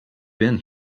been